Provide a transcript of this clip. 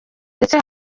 ndetse